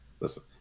Listen